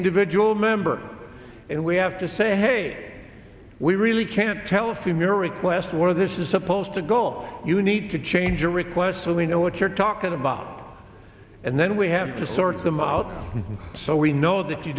individual member and we have to say hey we really can't tell if your request where this is supposed to go you need to change your request really know what you're talking about and then we have to sort them out so we know that you